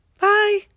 Bye